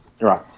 right